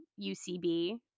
ucb